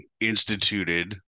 instituted